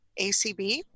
ACB